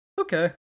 okay